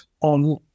on